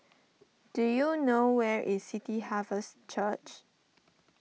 do you know where is City Harvest Church